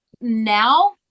now